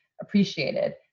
appreciated